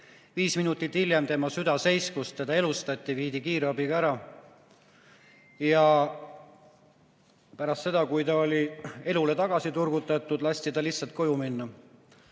viis minutit hiljem tema süda seiskus, teda elustati ja ta viidi kiirabiga ära. Pärast seda, kui ta oli elule tagasi turgutatud, lasti tal lihtsalt koju minna.